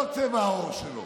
לא צבע העור שלו,